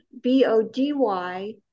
b-o-d-y